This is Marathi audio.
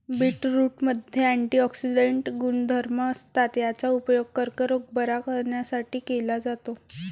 बीटरूटमध्ये अँटिऑक्सिडेंट गुणधर्म असतात, याचा उपयोग कर्करोग बरा करण्यासाठी केला जातो